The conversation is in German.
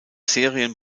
serien